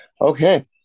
okay